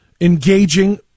engaging